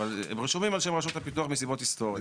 אבל הם רשומים על שם רשות הפיתוח מסיבות היסטוריות.